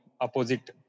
opposite